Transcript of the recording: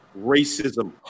racism